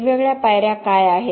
वेगवेगळ्या पायऱ्या काय आहेत